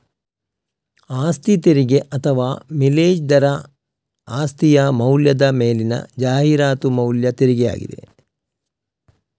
ಆಸ್ತಿ ತೆರಿಗೆ ಅಥವಾ ಮಿಲೇಜ್ ದರ ಆಸ್ತಿಯ ಮೌಲ್ಯದ ಮೇಲಿನ ಜಾಹೀರಾತು ಮೌಲ್ಯ ತೆರಿಗೆಯಾಗಿದೆ